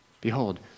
behold